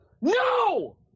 No